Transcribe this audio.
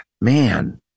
man